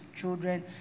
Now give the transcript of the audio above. children